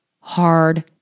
hard